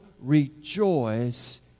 rejoice